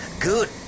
Good